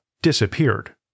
Disappeared